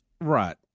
Right